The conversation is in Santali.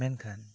ᱢᱮᱱᱠᱷᱟᱱ